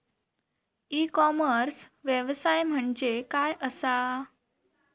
E commerce व्यवसाय म्हणजे काय असा?